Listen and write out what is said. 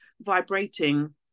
vibrating